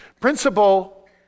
Principle